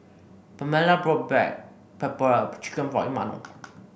Pamella bought Black Pepper Chicken for Imanol